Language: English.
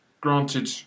granted